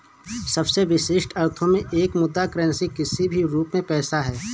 सबसे विशिष्ट अर्थों में एक मुद्रा करेंसी किसी भी रूप में पैसा है